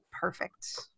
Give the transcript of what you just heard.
perfect